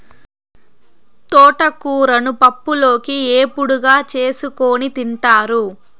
తోటకూరను పప్పులోకి, ఏపుడుగా చేసుకోని తింటారు